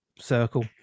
circle